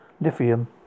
lithium